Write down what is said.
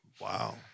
Wow